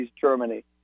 Germany